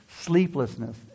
Sleeplessness